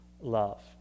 love